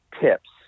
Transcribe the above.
tips